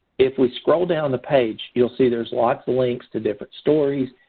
if we scroll down the page, you'll see there's lots of links to different stories.